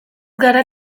gara